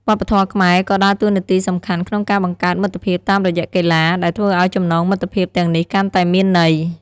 វប្បធម៌ខ្មែរក៏ដើរតួនាទីសំខាន់ក្នុងការបង្កើតមិត្តភាពតាមរយៈកីឡា ដែលធ្វើឲ្យចំណងមិត្តភាពទាំងនេះកាន់តែមានន័យ។